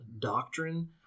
doctrine